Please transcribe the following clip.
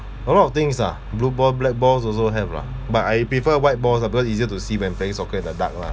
a lot of things lah blue ball black balls also have lah but I prefer white balls lor because easier to see when playing soccer in the dark lah